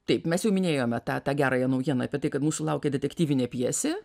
taip mes jau minėjome tą tą gerąją naujieną apie tai kad mūsų laukia detektyvinė pjesė